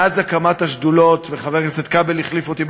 מאז הקמת השדולות הללו,